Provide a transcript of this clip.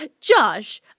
Josh